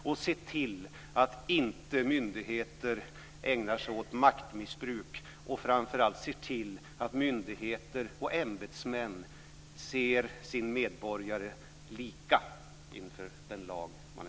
Det ska se till att myndigheter och ämbetsmän inte ägnar sig åt maktmissbruk och framför allt att de behandlar sina medborgare lika inför lagen.